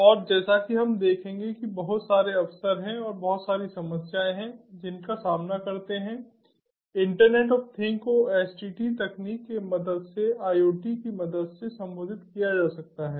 और जैसा कि हम देखेंगे कि बहुत सारे अवसर हैं और बहुत सारी समस्याएं हैं जिनका सामना करते हैं इंटरनेट ऑफ थिंग्स को एसडीटी तकनीक की मदद से IoT की मदद से संबोधित किया जा सकता है